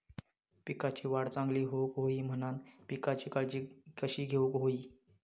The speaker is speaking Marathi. पिकाची वाढ चांगली होऊक होई म्हणान पिकाची काळजी कशी घेऊक होई?